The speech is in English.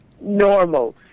normal